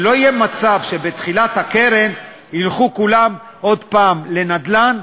שלא יהיה מצב שבתחילת הקרן ילכו כולם עוד פעם לנדל"ן,